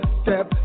step